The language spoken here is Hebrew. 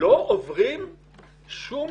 לא עוברים שום